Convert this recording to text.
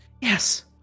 yes